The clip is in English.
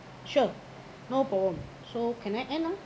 sure no problem so can I end now